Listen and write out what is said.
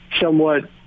somewhat